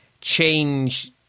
change